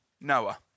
Noah